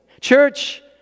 Church